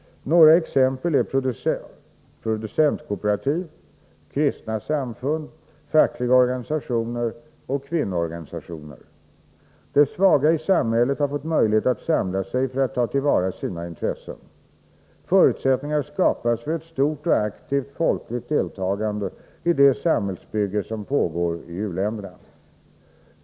Några exempel är producentkooperativ, kristna samfund, fackliga organisationer och kvinnoorganisationer. De svaga i samhället har fått möjlighet att samla sig för att ta till vara sina intressen. Förutsättningar skapas för ett stort och aktivt folkligt deltagande i det samhällsbygge som pågår i u-länderna.